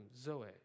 zoe